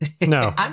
No